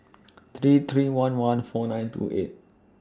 three three one one four nine two eight